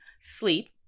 sleep